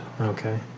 Okay